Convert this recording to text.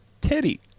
Teddy